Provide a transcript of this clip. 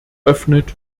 öffnet